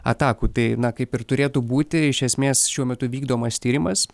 atakų tai na kaip ir turėtų būti iš esmės šiuo metu vykdomas tyrimas